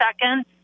seconds